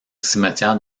cimetière